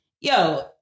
yo